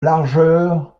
largeur